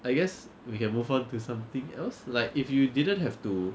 I guess we can move on to something else like if you didn't have to